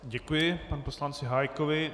Děkuji panu poslanci Hájkovi.